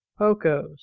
POCOs